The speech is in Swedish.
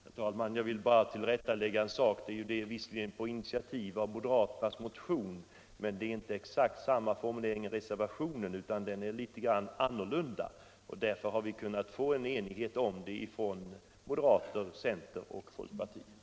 Herr talman! Jag vill bara göra ett tillrättaläggande. Visserligen togs initiativet i moderaternas motion, men det är inte samma formulering i reservationen. Den är annorlunda. Därför har moderaterna, centern och folkpartiet kunnat nå enighet i denna fråga.